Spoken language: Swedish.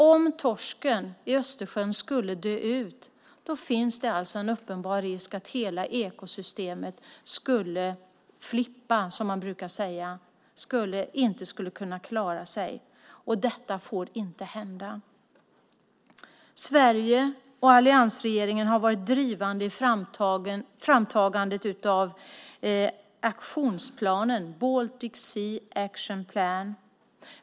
Om torsken i Östersjön skulle dö ut finns en uppenbar risk att hela ekosystemet flippar, inte klarar sig. Detta får inte hända. Sverige och alliansregeringen har varit drivande i framtagandet av aktionsplanen, Baltic Sea Action Plan.